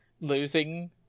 losing